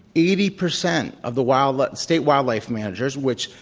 eighty percent of the wildlife state wildlife managers which,